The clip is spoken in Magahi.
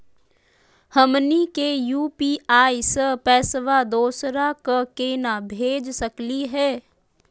हमनी के यू.पी.आई स पैसवा दोसरा क केना भेज सकली हे?